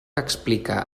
explica